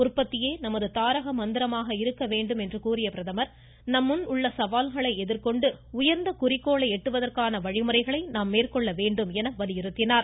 உற்பத்தியே நமது தாரக மந்திரமாக இருக்க வேண்டும் என்று கூறிய அவர் நம் முன் உள்ள சவால்களை எதிர் கொண்டு உயர்ந்த குறிக்கோளை எட்டுவதற்கான வழிமுறைகளை நாம் மேற்கொள்ள வேண்டும் என்று வலியுறுத்தினார்